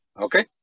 okay